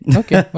okay